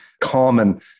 common